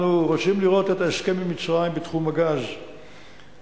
אנחנו רוצים לראות את ההסכם עם מצרים בתחום הגז מבוצע,